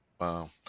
Wow